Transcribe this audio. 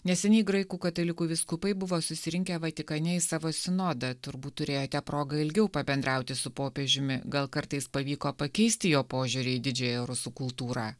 neseniai graikų katalikų vyskupai buvo susirinkę vatikane į savo sinodą turbūt turėjote progą ilgiau pabendrauti su popiežiumi gal kartais pavyko pakeisti jo požiūrį į didžiąją rusų kultūrą